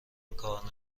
کار